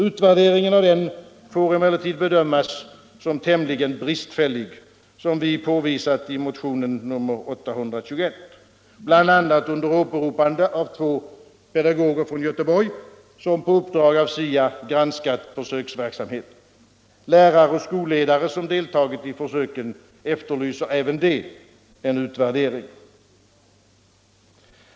Utvärderingen av denna försöksverksamhet får emellertid bedömas såsom tämligen bristfällig, vilket vi har påvisat i motionen 821, bl.a. under åberopande av två pedagoger från Göteborg vilka på uppdrag av SIA har granskat försöksverksamheten. Även lärare och skolledare som har deltagit i försöken efterlyser en utvärdering.